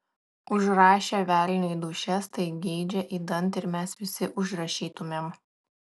užrašę velniui dūšias tai geidžia idant ir mes visi užrašytumėm